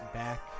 back